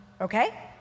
Okay